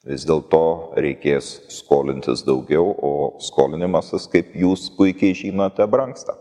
vis dėl to reikės skolintis daugiau o skolinimasis kaip jūs puikiai žinote brangsta